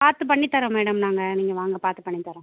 பார்த்து பண்ணித்தரோம் மேடம் நாங்கள் நீங்கள் வாங்க பார்த்து பண்ணித்தரோம்